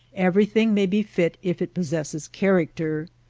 everything may be fit if it possesses character.